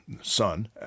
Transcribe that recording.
son